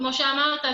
כמו שאמרת,